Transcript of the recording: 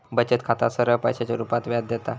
बचत खाता सरळ पैशाच्या रुपात व्याज देता